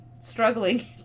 struggling